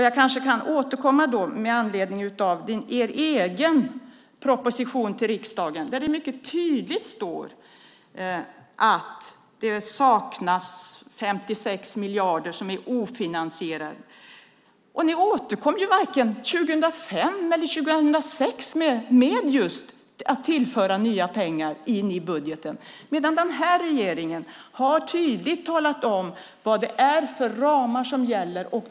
Jag kanske kan återkomma med anledning av er egen proposition till riksdagen, där det mycket tydligt står att det saknas 56 miljarder. Det finns alltså en ofinansierad del. Ni återkom varken 2005 eller 2006 med nya pengar till budgeten, medan den här regeringen tydligt har talat om vad det är för ramar som gäller.